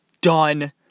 done